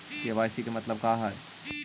KYC के मतलब का हई?